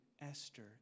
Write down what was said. Esther